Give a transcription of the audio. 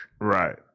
Right